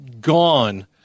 gone